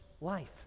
life